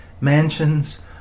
mansions